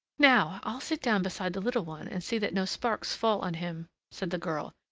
now, i'll sit down beside the little one and see that no sparks fall on him, said the girl.